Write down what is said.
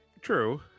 True